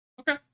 Okay